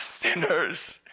sinners